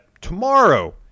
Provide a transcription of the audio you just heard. tomorrow